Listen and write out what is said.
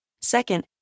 Second